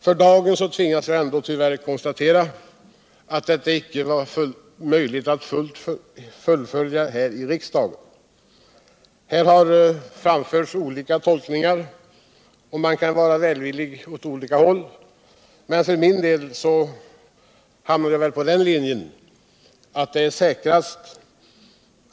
För dagen tvingas jag tyvärr konstatera att detta inte var möjligt att fullfölja här i riksdagen. Herr talman!